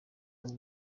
ubu